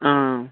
ആ ആ